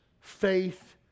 faith